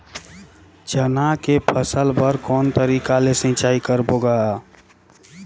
चना के फसल बर कोन तरीका ले सिंचाई करबो गा?